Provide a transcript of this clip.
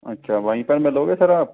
अच्छा वहीं पर मिलोगे सर आप